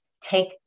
take